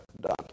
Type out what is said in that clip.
Done